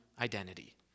identity